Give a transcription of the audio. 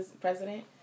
president